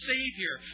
Savior